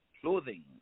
clothing